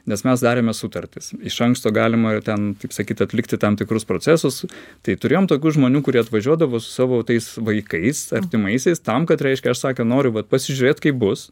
nes mes darėme sutartis iš anksto galima ten taip sakyt atlikti tam tikrus procesus tai turėjom tokių žmonių kurie atvažiuodavo su savo tais vaikais artimaisiais tam kad reiškia aš sakė noriu vat pasižiūrėt kaip bus